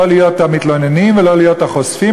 אין להם הזדמנות לא להיות המתלוננים ולא להיות החושפים,